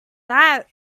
that